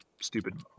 stupid